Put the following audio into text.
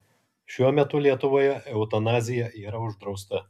šiuo metu lietuvoje eutanazija yra uždrausta